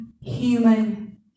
human